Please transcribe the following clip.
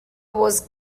was